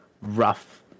rough